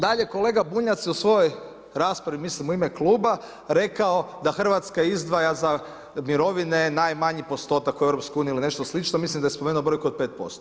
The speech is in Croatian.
Dalje kolega Bunjac u svojoj raspravi, mislim u ime kluba, rekao da Hrvatska izdvaja za mirovine najmanji postotak u EU ili nešto slično, mislim da je spomenuo brojku od 5%